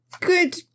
good